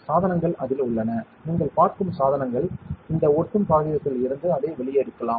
சாதனங்கள் அதில் உள்ளன நீங்கள் பார்க்கும் சாதனங்கள் இந்த ஒட்டும் காகிதத்தில் இருந்து அதை வெளியே எடுக்கலாம்